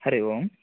हरिः ओम्